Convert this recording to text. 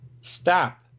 stop